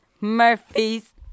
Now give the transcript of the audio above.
Murphys